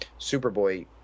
Superboy